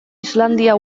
islandia